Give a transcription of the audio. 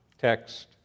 text